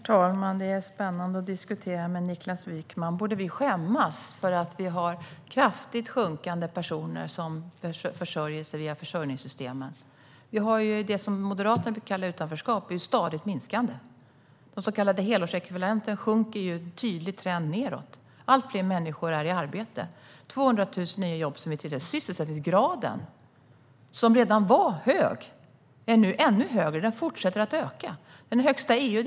Herr talman! Det är spännande att diskutera med Niklas Wykman. Borde vi skämmas för att antalet personer som försörjer sig via försörjningssystemen kraftigt sjunker? Det som Moderaterna brukar kalla utanförskap är stadigt minskande. Den så kallade helårsekvivalenten sjunker. Det är en tydlig trend nedåt. Allt fler människor är i arbete. Det är 200 000 nya jobb sedan vi tillträdde. Sysselsättningsgraden, som redan var hög, är nu ännu högre. Den fortsätter att öka. Det är den högsta i EU.